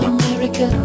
America